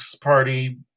Party